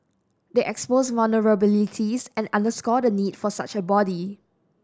they exposed vulnerabilities and underscore the need for such a body